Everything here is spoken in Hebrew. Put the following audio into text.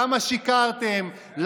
למה שיקרתם,